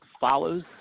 follows